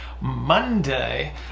Monday